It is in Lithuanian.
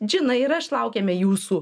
džina ir aš laukiame jūsų